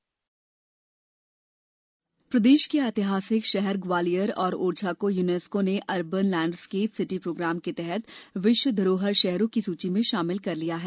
UNESCO heritage प्रदेश के ऐतिहासिक शहर ग्वालियर और ओरछा को यूनेस्को ने अर्बन लैंडस्केप सिटी प्रोग्राम के तहत विश्व धरोहर शहरों की सूची में शामिल कर लिया है